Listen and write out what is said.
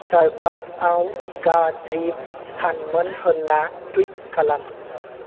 स्टारबाक्साव गाज्रि सानमोन होनना टुइट खालाम